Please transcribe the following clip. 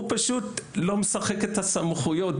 הוא פשוט לא משחק את הסמכויות,